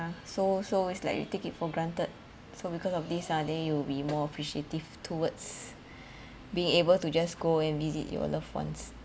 yeah so so it's like you take it for granted so because of this ah then you'll be more appreciative towards being able to just go and visit your loved ones